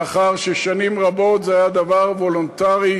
לאחר ששנים רבות זה היה דבר וולונטרי.